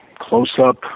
close-up